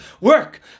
work